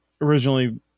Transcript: originally